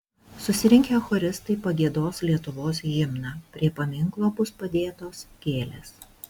susirinkę choristai pagiedos lietuvos himną prie paminklo bus padėtos gėlės